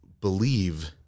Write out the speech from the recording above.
believe